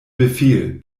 befehl